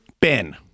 Ben